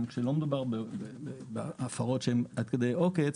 גם כשלא מדובר בהפרות שהן עד כדי עוקץ